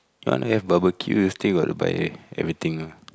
I want to have barbeque still got to buy everything lah